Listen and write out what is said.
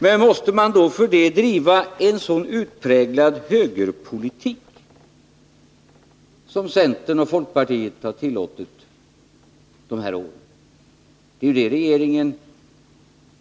Men måste man för den skull driva en så utpräglad högerpolitik som centern och folkpartiet har tillåtit de här åren. Jag